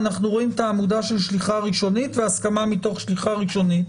אנחנו רואים את העמודה של שליחה ראשונית והסכמה מתוך שליחה ראשונית,